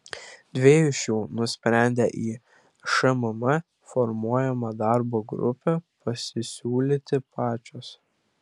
dvi iš jų nusprendė į šmm formuojamą darbo grupę pasisiūlyti pačios